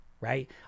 right